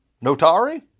Notary